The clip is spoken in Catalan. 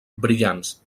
brillants